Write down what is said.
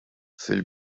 fil